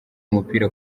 umupira